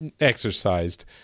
exercised